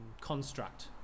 construct